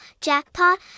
jackpot